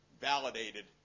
validated